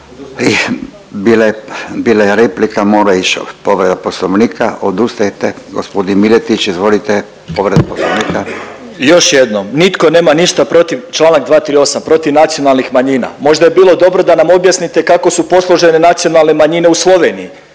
bila je replika, mora ić, povreda Poslovnika, odustajete. Gospodin Miletić izvolite povreda Poslovnika. **Miletić, Marin (MOST)** Još jednom, nitko nema ništa protiv čl. 238. protiv nacionalnih manjina. Možda bi bilo dobro da nam objasnite kako su posložene nacionalne manjine u Sloveniji